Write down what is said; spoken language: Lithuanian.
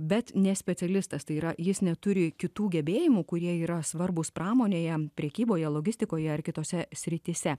bet ne specialistas tai yra jis neturi kitų gebėjimų kurie yra svarbūs pramonėje prekyboje logistikoje ar kitose srityse